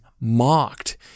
mocked